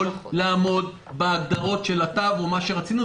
לעמוד בהגדרות של התו הסגול או מה שרצינו.